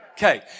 Okay